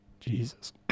Jesus